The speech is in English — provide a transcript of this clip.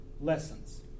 lessons